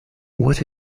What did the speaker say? what